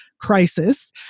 crisis